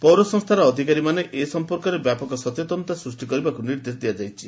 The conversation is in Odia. ପୌରସଂସ୍ତାର ଅଧିକାରୀମାନେ ଏ ସମ୍ପର୍କରେ ବ୍ୟାପକ ସଚେତନତା ସୂଷ୍ କରିବାକୁ ନିର୍ଦ୍ଦେଶ ଦିଆଯାଇଛି